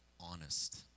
honest